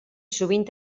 sovint